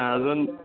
ആ അതുണ്ട്